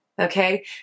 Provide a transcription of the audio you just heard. Okay